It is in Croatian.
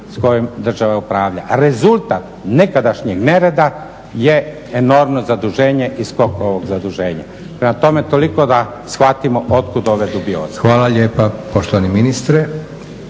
s kojima država upravlja. Rezultat nekadašnjeg nereda je enormno zaduženje i skok ovog zaduženja. Prema tome, toliko da shvatimo od kud ove dubioze.